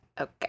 Okay